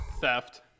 Theft